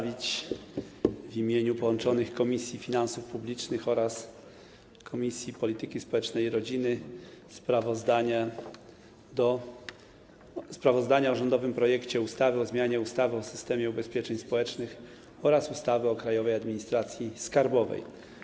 W imieniu połączonych komisji: Komisji Finansów Publicznych oraz Komisji Polityki Społecznej i Rodziny mam zaszczyt przedstawić sprawozdanie o rządowym projekcie ustawy o zmianie ustawy o systemie ubezpieczeń społecznych oraz ustawy o Krajowej Administracji Skarbowej.